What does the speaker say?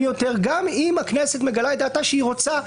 יותר גם אם הכנסת מגלה את דעתה שהיא רוצה,